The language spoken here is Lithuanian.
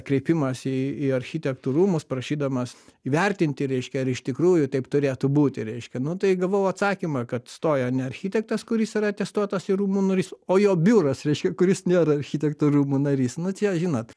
kreipimąsi į architektų rūmus prašydamas įvertinti reiškia ar iš tikrųjų taip turėtų būti reiškia nu tai gavau atsakymą kad stojo ne architektas kuris yra testuotos ir rūmų narys o jo biuras reiškia kuris nėra architektų rūmų narys nu čia žinot